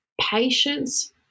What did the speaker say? patience